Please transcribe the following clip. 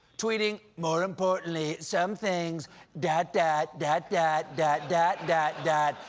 tweeting, more importantly, some things dot, dot, dot, dot, dot, dot, dot, dot,